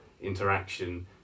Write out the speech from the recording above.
interaction